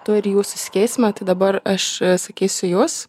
tu ir jūs susikeisime tai dabar aš sakysiu jūs